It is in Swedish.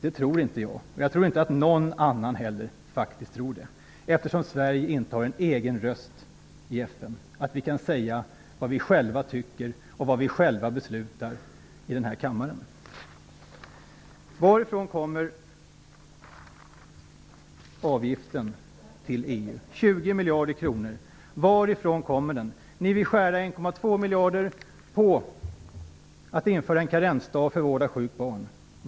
Det tror inte jag, och jag tror inte att någon annan heller tror att vi, eftersom Sverige inte har en egen röst i FN, kan säga vad vi själva tycker och vad vi själva beslutar i den här kammaren. Varifrån kommer avgiften till EU - 20 miljarder kronor? Ni vill skära 1,2 miljarder genom att införa en karensdag för vård av sjukt barn.